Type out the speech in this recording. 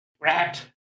Rat